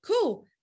cool